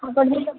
हां पण मी